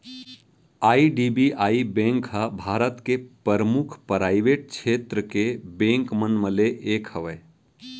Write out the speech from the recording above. IDBI bank ह भारत के परमुख पराइवेट छेत्र के बेंक मन म ले एक हवय